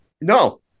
No